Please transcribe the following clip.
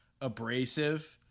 abrasive